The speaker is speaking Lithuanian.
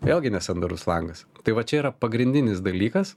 vėlgi nesandarus langas tai va čia yra pagrindinis dalykas